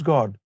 God